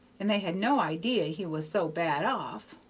and they had no idee he was so bad off.